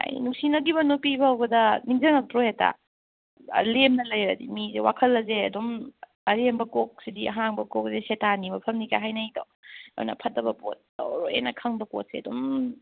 ꯍꯥꯏꯗꯤ ꯅꯨꯡꯁꯤꯅꯈꯤꯕ ꯅꯨꯄꯤ ꯐꯥꯎꯕꯗ ꯅꯤꯡꯁꯤꯡꯂꯛꯇ꯭ꯔꯣ ꯍꯦꯛꯇ ꯂꯦꯝꯅ ꯂꯩꯔꯗꯤ ꯃꯤꯁꯦ ꯋꯥꯈꯜ ꯍꯥꯏꯁꯦ ꯑꯗꯨꯝ ꯑꯔꯦꯝꯕ ꯀꯣꯛꯁꯤꯗꯤ ꯑꯍꯥꯡꯕ ꯀꯣꯛꯁꯦ ꯁꯩꯇꯥꯟꯒꯤ ꯃꯐꯝꯅꯤ ꯀꯥꯏ ꯍꯥꯏꯅꯩꯗꯣ ꯑꯗꯨꯅ ꯐꯠꯇꯕ ꯄꯣꯠ ꯇꯧꯔꯔꯣꯏꯅ ꯈꯪꯕ ꯄꯣꯠꯁꯦ ꯑꯗꯨꯝ